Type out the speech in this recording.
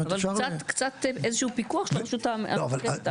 אבל --- איזה שהוא פיקוח של הרשות המחוקקת על